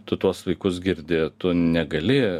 tu tuos vaikus girdi tu negali